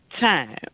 time